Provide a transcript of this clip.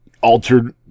altered